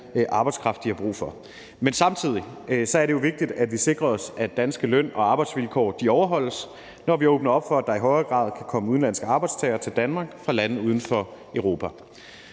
arbejdskraft, de har brug for. Men samtidig er det jo vigtigt, at vi sikrer os, at danske løn- og arbejdsvilkår overholdes, når vi åbner op for, at der i højere grad kan komme udenlandske arbejdstagere til Danmark fra lande uden for Europa.